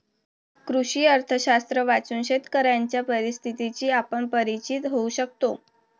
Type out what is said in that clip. कृषी अर्थशास्त्र वाचून शेतकऱ्यांच्या परिस्थितीशी आपण परिचित होऊ शकतो